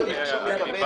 זה מחייב,